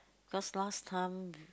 cause last time